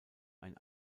ein